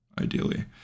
ideally